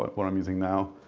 like what i'm using now,